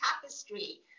tapestry